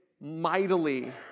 mightily